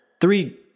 Three